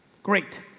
great.